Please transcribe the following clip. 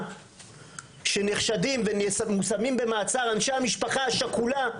שנחשדים ומושמים במעצר אנשי המשפחה השכולה,